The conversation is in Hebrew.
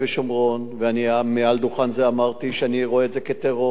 ומעל דוכן זה אמרתי שאני רואה את זה כטרור לכל דבר.